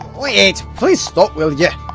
w-wait, please stop will yeah